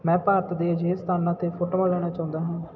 ਮੈਂ ਭਾਰਤ ਦੇ ਅਜਿਹੇ ਸਥਾਨਾਂ 'ਤੇ ਫੋਟੋਆਂ ਲੈਣਾ ਚਾਹੁੰਦਾ ਹਾਂ